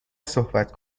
صحبت